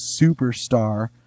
superstar